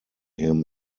him